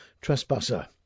Trespasser